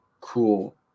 cool